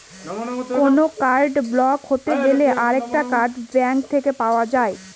কোনো card block হতে গেলে আরেকটা কার্ড ব্যাঙ্ক থেকে পাই